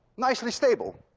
nicely stable.